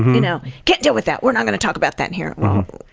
you know. can't deal with that. we're not going to talk about that in here! well,